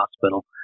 Hospital